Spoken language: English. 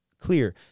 clear